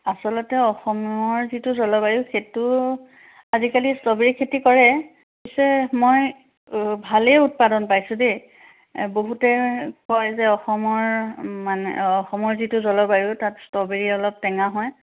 আচলতে অসমৰ যিটো জলবায়ু সেইটো আজিকালি ষ্ট্ৰবেৰী খেতি কৰে পিছে মই ভালেই উৎপাদন পাইছোঁ দেই এ বহুতে কয় যে অসমৰ মানে অসমৰ যিটো জলবায়ু তাত ষ্ট্ৰবেৰী অলপ টেঙা হয়